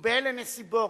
ובאילו נסיבות,